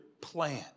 plan